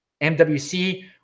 MWC